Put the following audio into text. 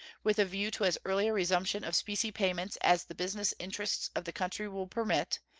with a view to as early a resumption of specie payments as the business interests of the country will permit,